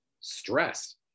stress